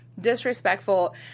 disrespectful